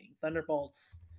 thunderbolts